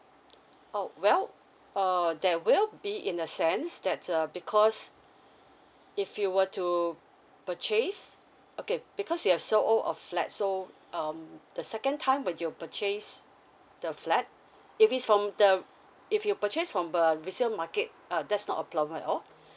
oh well err there will be in a sense that's uh because if you were to purchase okay because you have so owe of flat so um the second time when you purchase the flat if it's from the if you purchase from a resale market uh that's not a problem at all